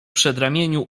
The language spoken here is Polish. przedramieniu